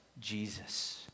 Jesus